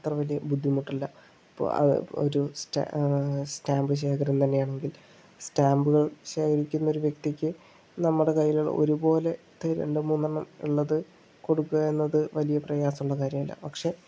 അത്ര വലിയ ബുദ്ധിമുട്ടില്ല ഇപ്പോ ഒരു സ്റ്റേ സ്റ്റാമ്പ് ശേഖരം തന്നെയാണെങ്കിൽ സ്റ്റാമ്പുകൾ ശേഖരിക്കുന്ന ഒരു വ്യക്തിക്ക് നമ്മുടെ കയ്യിലുള്ള ഒരുപോലത്തെ രണ്ടു മൂന്നെണ്ണം ഉള്ളത് കൊടുക്കുക എന്നത് വലിയ പ്രയാസമുള്ള കാര്യമല്ല പക്ഷെ